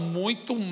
muito